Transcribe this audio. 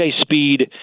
Speed